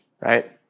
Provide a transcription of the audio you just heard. right